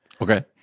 Okay